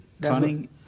Cunning